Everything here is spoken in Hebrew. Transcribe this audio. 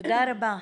תודה רבה.